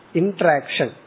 interaction